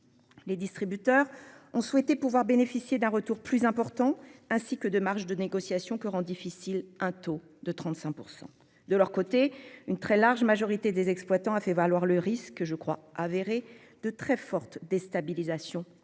Les distributeurs ont souhaité pouvoir bénéficier d'un retour plus important ainsi que de marge de négociation que rend difficile un taux de 35% de leur côté une très large majorité des exploitants, a fait valoir le risque je crois avéré de très forte déstabilisation de